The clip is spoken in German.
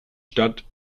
stadt